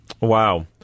Wow